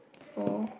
four